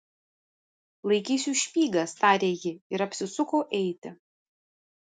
laikysiu špygas tarė ji ir apsisuko eiti